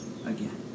again